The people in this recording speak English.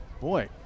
boy